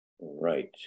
Right